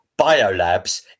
biolabs